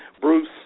Bruce